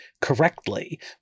correctly